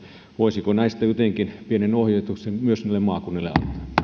voisiko näistä jotenkin pienen ohjeistuksen myös niille maakunnille